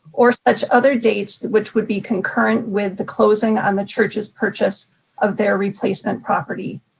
or such other dates which would be concurrent with the closing on the church's purchase of their replacement property.